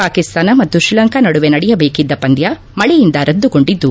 ಪಾಕಿಸ್ತಾನ ಮತ್ತು ಶ್ರೀಲಂಕಾ ನಡುವೆ ನಡೆಯಬೇಕಿದ್ದ ಪಂದ್ಯ ಮಳೆಯಿಂದ ರದ್ದುಗೊಂಡಿದ್ದು